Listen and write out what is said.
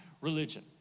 religion